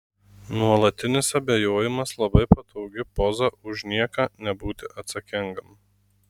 nuolatinis abejojimas labai patogi poza už nieką nebūti atsakingam